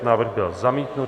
Návrh byl zamítnut.